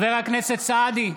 סעדי,